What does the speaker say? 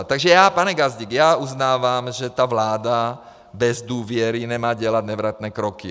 Takže já, pane Gazdík, já uznávám, že ta vláda bez důvěry nemá dělat nevratné kroky.